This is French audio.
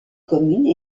communes